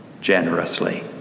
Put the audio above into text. generously